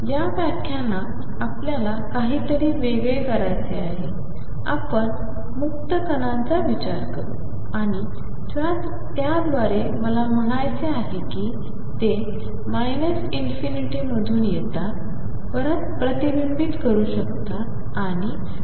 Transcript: या व्याख्यानात आपल्याला काहीतरी वेगळे करायचे आहे आपण मुक्त कणांचा विचार करू आणि त्याद्वारे मला म्हणायचे आहे कि ते ∞ मधून येतात परत प्रतिबिंबित करू शकतात आणि ∞ वर जाऊ शकतात